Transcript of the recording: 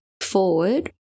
forward